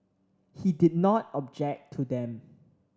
he did not object to them